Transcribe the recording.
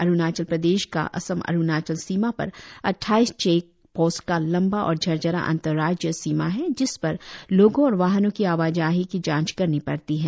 अरुणाचल प्रदेश का असम अरुणाचल सीमा पर अद्वाईस चेक चेक पोस्ट का लंबा और झरझरा अंतर्राज्यीय सीमा है जिस पर लोगों और वाहनों की आवाजाही की जाँच करनी पड़ती है